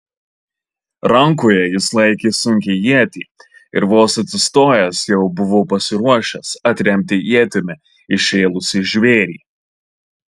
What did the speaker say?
rankoje jis laikė sunkią ietį ir vos atsistojęs jau buvo pasiruošęs atremti ietimi įšėlusį žvėrį